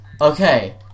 Okay